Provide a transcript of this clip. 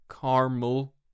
caramel